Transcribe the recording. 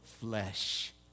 flesh